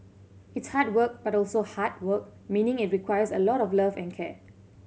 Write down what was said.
it's hard work but also heart work meaning it requires a lot of love and care